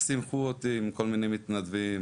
שימחו אותי עם כל מיני מתנדבים,